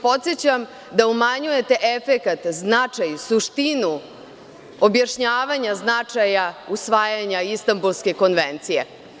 Podsećam vas da umanjujete efekat, značaj, suštinu objašnjavanja značaja usvajanja Istambulske konvencije.